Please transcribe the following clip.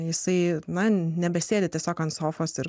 jisai na nebesėdi tiesiog ant sofos ir